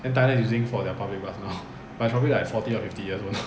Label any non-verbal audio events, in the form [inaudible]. then thailand is using for their public bus now [laughs] but it's probably like [laughs] forty or fifty years old now